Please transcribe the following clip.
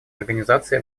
организации